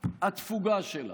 התפוגה שלה.